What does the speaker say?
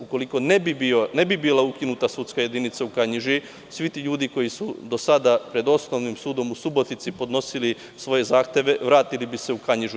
Ukoliko ne bi bila ukinuta sudska jedinica u Kanjiži, svi ti ljudi koji su do sada pred Osnovnim sudom u Subotici podnosili svoje zahteve, vratili bi se u Kanjižu.